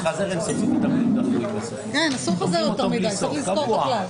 לגבי החילוט הפלילי, הוא חייב ללכת עם